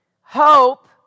Hope